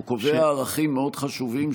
הוא קובע ערכים מאוד חשובים,